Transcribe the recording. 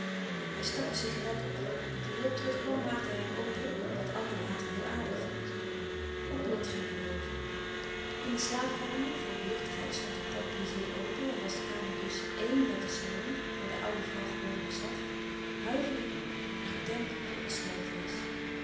hij stak een sigaret op en toen lot terugkwam maakte hij hem open wat anna later heel aardig vond ook lot ging naar boven in de slaapkamer voor de luchtigheid stond de porte-brisée open en was de kamer dus éen met den salon waar de oude vrouw gewoonlijk zat huiverde maar gedempt de